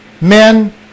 men